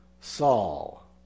Saul